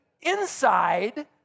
inside